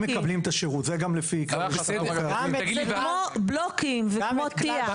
זה כמו בלוקים, כמו טיח.